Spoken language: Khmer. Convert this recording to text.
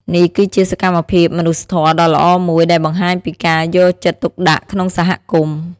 នេះគឺជាសកម្មភាពមនុស្សធម៌ដ៏ល្អមួយ ដែលបង្ហាញពីការយកចិត្តទុកដាក់ក្នុងសហគមន៍។